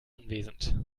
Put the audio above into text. anwesend